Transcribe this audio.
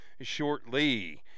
shortly